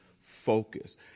focus